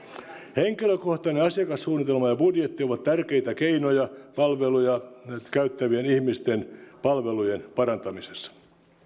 henkilökohtainen asiakassuunnitelma ja budjetti ovat tärkeitä keinoja palveluja käyttävien ihmisten palvelujen parantamisessa